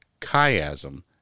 chiasm